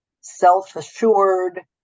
self-assured